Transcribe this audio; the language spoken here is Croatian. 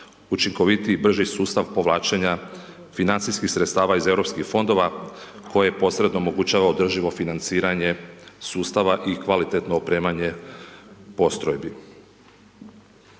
učinkovitiji brži sustav povlačenja financijskih sredstava iz Europskih fondova, koje posredno omogućuje održivo financiranje sustava i kvalitetno opremanje postrojbi.